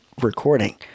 recording